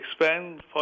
expand